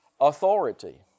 authority